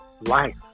life